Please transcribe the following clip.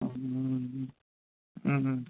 ம் ம்